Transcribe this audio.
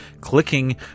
clicking